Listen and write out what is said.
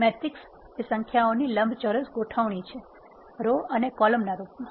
matrix એ એક સંખ્યાઓની લંબચોરસ ગોઠવણી છે રો અને કોલમ ના રૂપમાં